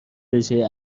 رژه